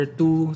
two